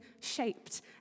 shaped